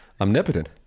omnipotent